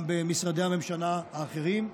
גם במשרדי הממשלה האחרים,